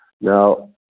Now